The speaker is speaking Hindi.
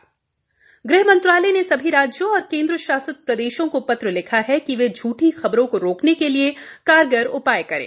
ग़ह मंत्रलाय फेक न्यूज ग़ह मंत्रालय ने सभी राज्यों और केंद्र शासित प्रदेशों को पत्र लिखा है कि वे झूठी खबरों को रोकने के लिए कारगार उपाय करें